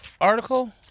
article